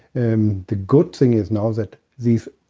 and the good thing is now that these,